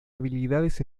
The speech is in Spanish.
habilidades